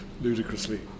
ludicrously